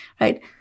right